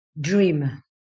Dream